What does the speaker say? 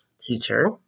teacher